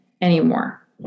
anymore